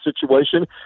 situation